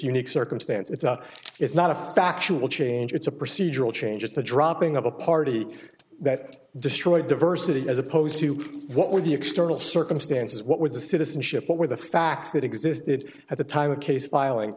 unique circumstance it's a it's not a factual change it's a procedural changes the dropping of a party that destroyed diversity as opposed to what were the external circumstances what were the citizenship what were the facts that existed at the time of case filing